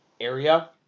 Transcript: area